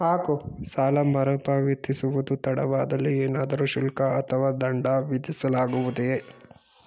ಸಾಲ ಮರುಪಾವತಿಸುವುದು ತಡವಾದಲ್ಲಿ ಏನಾದರೂ ಶುಲ್ಕ ಅಥವಾ ದಂಡ ವಿಧಿಸಲಾಗುವುದೇ?